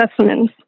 specimens